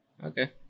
Okay